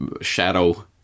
shadow